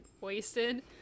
wasted